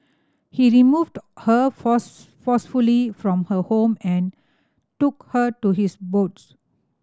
he removed her force forcefully from her home and took her to his boats